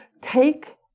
take